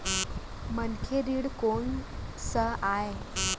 मनखे ऋण कोन स आय?